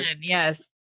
Yes